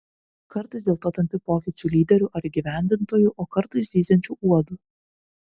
kartais dėl to tampi pokyčių lyderiu ar įgyvendintoju o kartais zyziančiu uodu